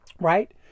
right